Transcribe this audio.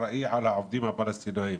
אחראי על העובדים הפלסטינים.